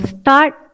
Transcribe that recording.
start